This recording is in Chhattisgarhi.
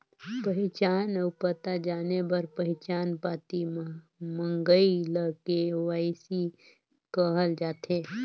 पहिचान अउ पता जाने बर पहिचान पाती मंगई ल के.वाई.सी कहल जाथे